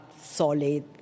solid